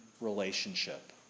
relationship